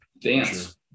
dance